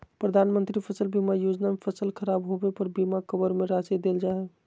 प्रधानमंत्री फसल बीमा योजना में फसल खराब होबे पर बीमा कवर में राशि देल जा हइ